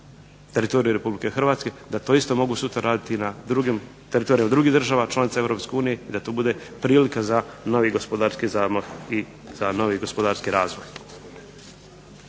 teritoriju Republike Hrvatske da to isto mogu sutra raditi na teritorijima drugih država članica Europske unije, da to bude prilika za novi gospodarski zamah i za novi gospodarski razvoj.